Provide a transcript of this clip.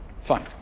Fine